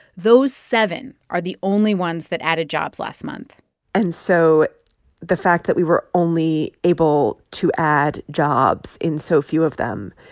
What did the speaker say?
those seven are the only ones that added jobs last month and so the fact that we were only able to add jobs in so few of them